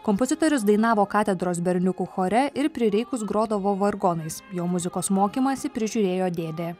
kompozitorius dainavo katedros berniukų chore ir prireikus grodavo vargonais jo muzikos mokymąsi prižiūrėjo dėdė